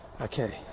Okay